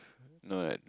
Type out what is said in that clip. know that